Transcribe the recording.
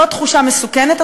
זאת תחושה מסוכנת,